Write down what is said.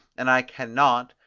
and i can not,